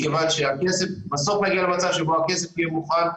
מכיוון שבסוף נגיע למצב שבו הכסף יהיה מוכן,